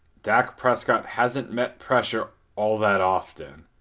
dak prescott hasn't met pressure all that often,